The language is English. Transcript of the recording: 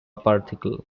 particle